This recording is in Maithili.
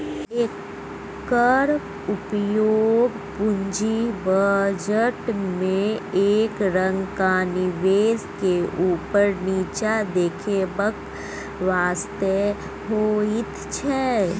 एकर उपयोग पूंजी बजट में एक रंगक निवेश के ऊपर नीचा देखेबाक वास्ते होइत छै